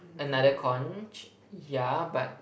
another conch yeah but